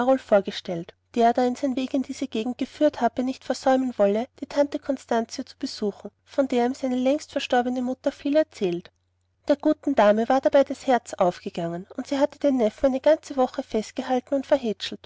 vorgestellt der da ihn sein weg in diese gegend geführt habe nicht versäumen wolle die tante constantia zu besuchen von der ihm seine längst verstorbene mutter viel erzählt der guten dame war dabei das herz aufgegangen und sie hatte den neffen eine ganze woche festgehalten und